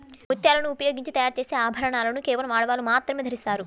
ముత్యాలను ఉపయోగించి తయారు చేసే ఆభరణాలను కేవలం ఆడవాళ్ళు మాత్రమే ధరిస్తారు